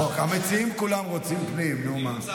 אני קובע כי הצעת חוק רישוי עסקים (תיקון,